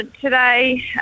Today